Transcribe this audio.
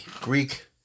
Greek